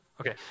Okay